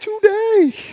today